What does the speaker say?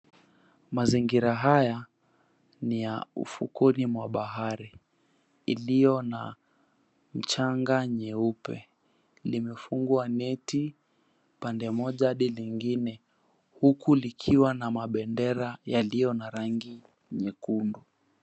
Mazingira haya ni ya ufukweni mwa bahari iliyo na mchanga nyeupe. Limefungwa neti pande moja hadi lingine, huku likiwa na mabendera yaliyo na rangi nyekundu.